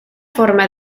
forma